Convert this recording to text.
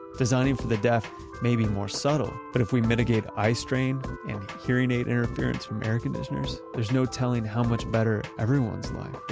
designing for the deaf may be more subtle, but if we mitigate eye strain and hearing aide interference from air conditioners, there's no telling how much better everyone's life